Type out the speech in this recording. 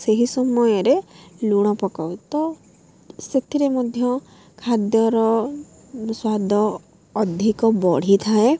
ସେହି ସମୟରେ ଲୁଣ ପକାଉ ତ ସେଥିରେ ମଧ୍ୟ ଖାଦ୍ୟର ସ୍ୱାଦ ଅଧିକ ବଢ଼ିଥାଏ